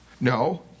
No